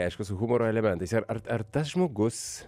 aišku su humoro elementais ir ar ar tas žmogus